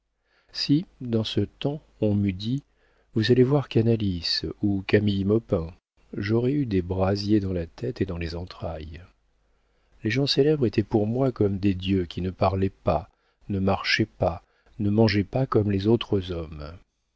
si dans ce temps on m'eût dit vous allez voir canalis ou camille maupin j'aurais eu des brasiers dans la tête et dans les entrailles les gens célèbres étaient pour moi comme des dieux qui ne parlaient pas ne marchaient pas ne mangeaient pas comme les autres hommes